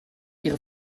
ihre